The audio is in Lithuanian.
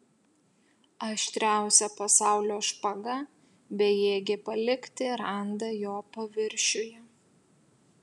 aštriausia pasaulio špaga bejėgė palikti randą jo paviršiuje